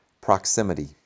proximity